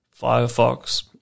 Firefox